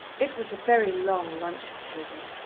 it was a very long luncheon-table,